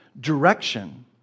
Direction